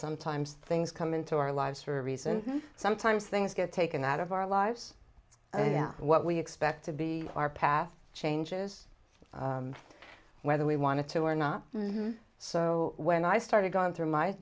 sometimes things come into our lives for a reason sometimes things get taken out of our lives what we expect to be our path changes whether we wanted to or not so when i started going through my